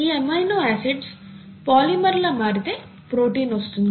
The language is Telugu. ఈ ఎమినో ఆసిడ్స్ పాలిమర్లా మారితే ప్రోటీన్ వస్తుంది